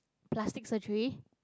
plastic surgery